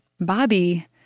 Bobby